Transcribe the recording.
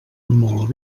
molt